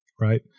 right